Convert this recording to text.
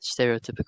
stereotypical